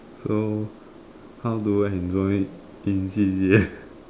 so how do I enjoy in C_C_A